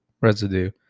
residue